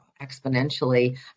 exponentially